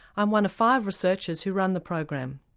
i'm one of five researchers who run the program.